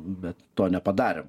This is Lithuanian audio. bet to nepadarėm